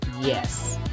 yes